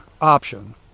option